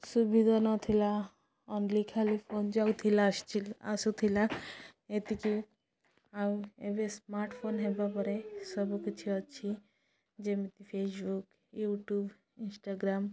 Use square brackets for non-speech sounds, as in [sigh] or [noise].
ସୁବିଧା ନଥିଲା ଓନ୍ଲ୍ଲି ଖାଲି ଫୋନ୍ ଯାଉଥିଲା [unintelligible] ଆସୁଥିଲା ଏତିକି ଆଉ ଏବେ ସ୍ମାର୍ଟଫୋନ୍ ହେବା ପରେ ସବୁକିଛି ଅଛି ଯେମିତି ଫେସ୍ବୁକ୍ ୟୁଟ୍ୟୁବ୍ ଇନଷ୍ଟାଗ୍ରାମ୍